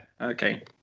Okay